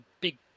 big